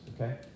okay